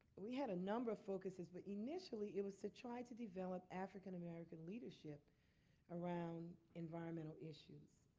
we had a number of focuses, but initially it was to try to develop african-american leadership around environmental issues.